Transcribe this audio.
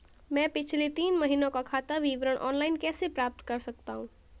मैं पिछले तीन महीनों का खाता विवरण ऑनलाइन कैसे प्राप्त कर सकता हूं?